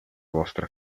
vostra